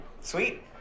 Sweet